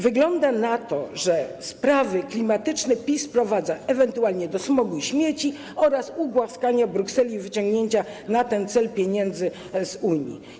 Wygląda na to, że sprawy klimatyczne PiS sprowadza ewentualnie do smogu i śmieci oraz ugłaskania Brukseli i wyciągnięcia na ten cel pieniędzy z Unii.